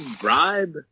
bribe